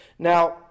Now